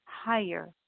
higher